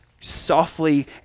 softly